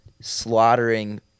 slaughtering